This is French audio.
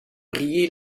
briller